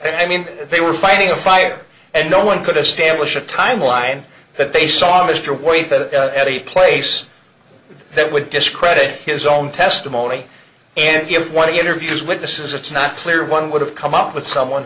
i mean they were fighting a fire and no one could establish a timeline that they saw mr white that at a place that would discredit his own testimony and if you want to interview these witnesses it's not clear one would have come up with someone